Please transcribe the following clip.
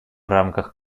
рамках